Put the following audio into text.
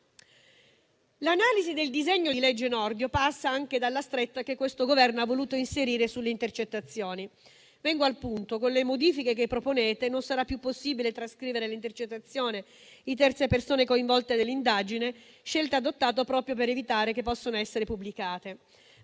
L'analisi del disegno di legge Nordio passa anche dalla stretta che questo Governo ha voluto inserire sulle intercettazioni. Vengo al punto: con le modifiche che proponete non sarà più possibile trascrivere l'intercettazione di terze persone coinvolte nell'indagine, scelta adottata proprio per evitare che possano essere pubblicate.